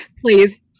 please